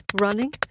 running